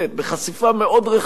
בחשיפה מאוד רחבה,